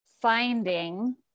finding